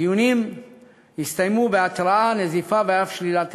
הדיונים הסתיימו בהתראה, נזיפה ואף שלילת היתר.